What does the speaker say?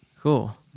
Cool